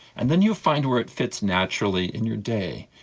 and then you find where it fits naturally in your day,